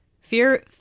Fear